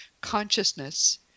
consciousness